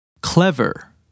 Clever